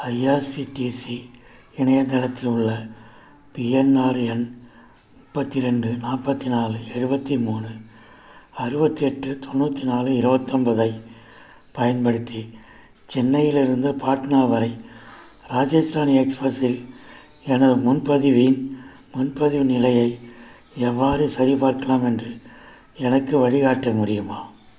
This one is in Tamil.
ஐஆர்சிடிசி இணையதளத்தில் உள்ள பிஎன்ஆர் எண் முப்பத்தி ரெண்டு நாற்பத்தி நாலு எழுபத்தி மூணு அறுபத்தி எட்டு தொண்ணூற்றி நாலு இருவத்து ஒன்பதை பயன்படுத்தி சென்னையிலிருந்து பாட்னா வரை ராஜஸ்தான் எக்ஸ்பிரெஸில் எனது முன்பதிவின் முன்பதிவு நிலையை எவ்வாறு சரிபார்க்கலாம் என்று எனக்கு வழிகாட்ட முடியுமா